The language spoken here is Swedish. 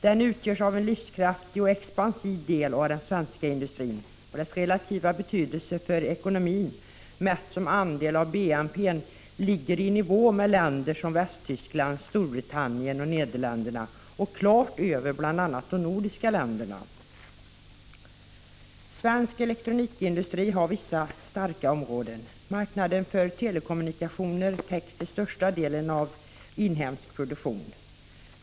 Den är en livskraftig och expansiv del av svensk industri, och dess relativa betydelse för ekonomin, mätt som andel av BNP, ligger i nivå med länder som Västtyskland, Storbritannien och Nederländerna samt klart över bl.a. de nordiska länderna. Svensk elektronikindustri har vissa starka områden. Marknaden för telekommunikationer täcks till största delen av inhemsk produktion.